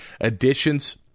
additions